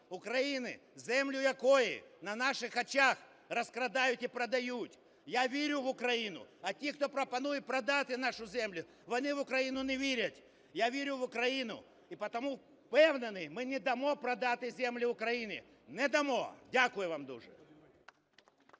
України, землю якої на наших очах розкрадають і продають. Я вірю в Україну, а ті, хто пропонує продати нашу землю, вони в Україну не вірять. Я вірю в Україну, і потому впевнений, ми не дамо продати землю Україну. Не дамо! Дякую вам дуже